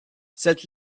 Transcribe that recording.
cette